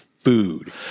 food